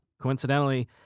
Coincidentally